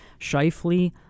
Shifley